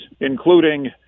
including